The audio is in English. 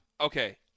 Okay